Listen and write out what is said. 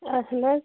اہن حظ